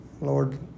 Lord